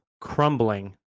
crumbling